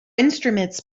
instruments